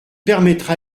permettra